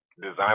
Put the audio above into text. design